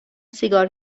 سیگار